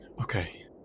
Okay